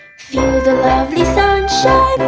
the lovely sunshine